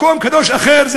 מקום קדוש אחר.